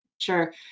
Sure